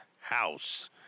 House